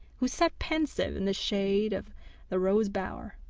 who sat pensive in the shade of the rose-bower.